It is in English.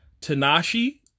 Tanashi